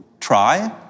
try